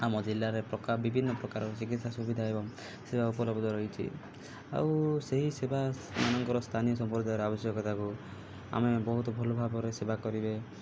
ଆମ ଜିଲ୍ଲାରେ ବିଭିନ୍ନ ପ୍ରକାରର ଚିକିତ୍ସା ସୁବିଧା ଏବଂ ସେବା ଉପଲବ୍ଧ ରହିଛି ଆଉ ସେହି ସେବାମାନଙ୍କର ସ୍ଥାନୀୟ ସମ୍ପ୍ରଦାୟର ଆବଶ୍ୟକତାକୁ ଆମେ ବହୁତ ଭଲ ଭାବରେ ସେବା କରିବେ